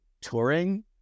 touring